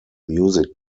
music